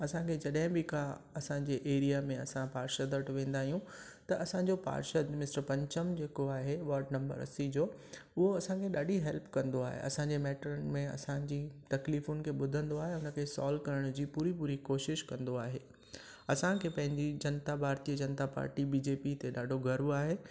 असांखे जॾहिं बि का असांजे एरिया में असां पार्शद वटि वेंदा आहिनि त असांजो पार्शद मिस्टर पंचम जेको आहे वार्ड नंबर असी जो उहो असांखे ॾाढी हैल्प कंदो आहे असांजे मैटर में असांजी तकलीफ़ुनि खे ॿुधंदो आहे उन खे सॉल्व करण जी पूरी पूरी कोशिशि कंदो आहे असांखे पंहिंजी जनता भारती जनता पार्टी बीजेपी ते ॾाढो गर्व आहे